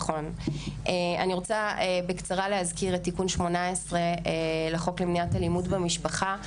אני רוצה בקצרה להזכיר את תיקון 18 לחוק למניעת אלימות במשפחה,